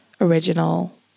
original